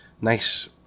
nice